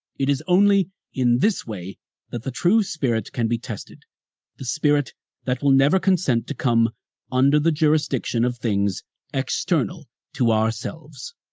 it is only in this way that the true spirit can be tested the spirit that will never consent to come under the jurisdiction of things external to ourselves.